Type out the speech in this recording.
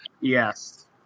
yes